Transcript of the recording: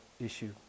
issue